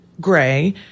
Gray